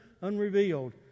unrevealed